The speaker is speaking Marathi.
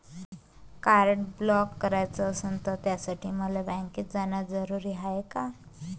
कार्ड ब्लॉक कराच असनं त त्यासाठी मले बँकेत जानं जरुरी हाय का?